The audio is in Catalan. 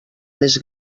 més